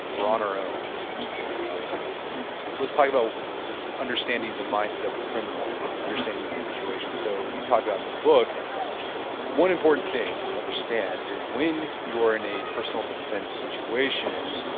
like we're our own basically, like let's talk about understanding the mindset of a criminal and understanding the situation. so, you talked about in the book one important thing to understand is when you are in a personal defense situation,